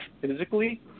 physically